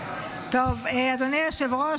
אדוני היושב-ראש,